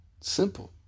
simple